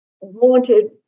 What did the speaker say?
wanted